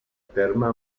terme